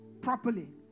properly